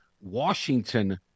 Washington